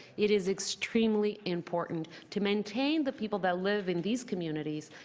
it is extremely important to maintain the people that live in these communities,